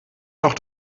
noch